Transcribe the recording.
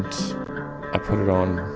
and i put it on